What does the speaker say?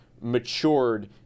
matured